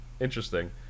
interesting